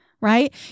right